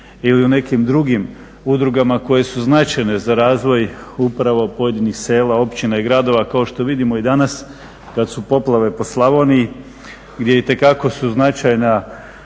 ili u nekim drugim udrugama koje su značajne za razvoj upravo pojedinih sela, općina i gradova kao što vidimo i danas kad su poplave po Slavoniji gdje itekako su značajna